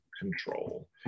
control